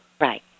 Right